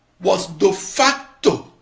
was de facto